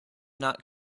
not